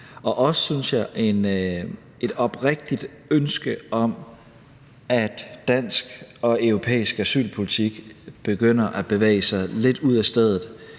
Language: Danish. at der har været et oprigtigt ønske om, at dansk og europæisk asylpolitik begynder at bevæge sig lidt ud af stedet;